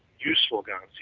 useful guns.